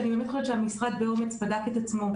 שהמשרד בדק את עצמו,